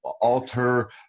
alter